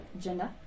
Gender